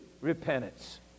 repentance